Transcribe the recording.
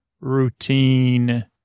routine